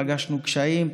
פגשנו קשיים,